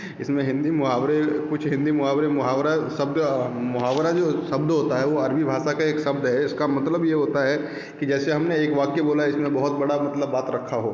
इसमें हिंदी मुहावरे कुछ हिंदी मुहावरे मुहावरा सब्द मुहावरा जो शब्द होता है वो अरबी भाषा एक शब्द है उसका मतलब ये होता है कि जैसे हमने एक वाक्य बोला इसमें बहुत बड़ा मतलब बात रखा हो